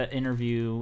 interview